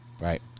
Right